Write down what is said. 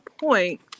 point